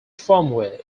firmware